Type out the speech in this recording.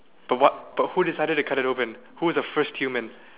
the what the who decided to cut it open who was the first human